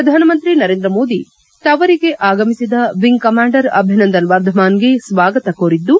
ಪ್ರಧಾನಮಂತ್ರಿ ನರೇಂದ್ರ ಮೋದಿ ತವರಿಗೆ ಆಗಮಿಸಿದ ವಿಂಗ್ ಕಮಾಂಡರ್ ಅಭಿನಂದನ್ ವರ್ಧಮಾನ್ಗೆ ಸ್ವಾಗತ ಕೋರಿದ್ದು